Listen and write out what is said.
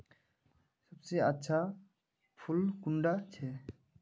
सबसे अच्छा फुल कुंडा छै?